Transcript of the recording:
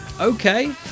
Okay